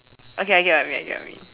okay I get what you mean I get what you mean